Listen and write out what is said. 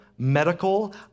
medical